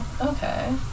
okay